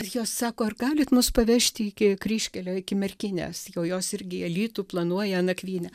jos sako ar galit mus pavežti iki kryžkelio iki merkinės jau jos irgi į alytų planuoja nakvynę